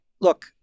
look